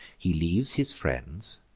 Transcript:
he leaves his friends,